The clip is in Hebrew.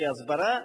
כהסברה.